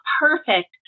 perfect